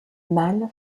mâle